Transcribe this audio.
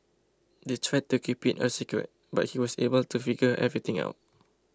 they tried to keep it a secret but he was able to figure everything out